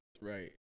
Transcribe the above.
Right